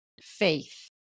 faith